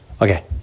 Okay